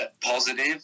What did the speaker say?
positive